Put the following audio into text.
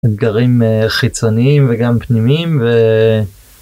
אתגרים חיצוניים וגם פנימיים ו...